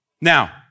Now